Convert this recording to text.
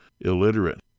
illiterate